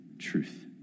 Truth